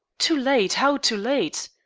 too late! how too late?